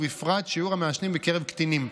ובפרט שיעור המעשנים בקרב קטינים,